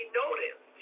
noticed